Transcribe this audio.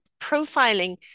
profiling